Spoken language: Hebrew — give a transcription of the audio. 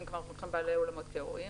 אם לוקחים בעלי אולמות ואירועים,